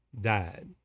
died